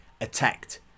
attacked